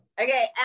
Okay